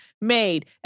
made